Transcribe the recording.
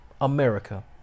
America